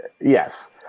yes